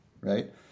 right